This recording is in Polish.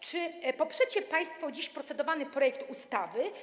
Czy poprzecie państwo dziś procedowany projekt ustawy?